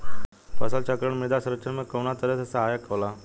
फसल चक्रण मृदा संरक्षण में कउना तरह से सहायक होला?